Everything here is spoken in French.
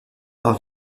par